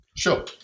Sure